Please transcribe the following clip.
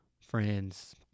friends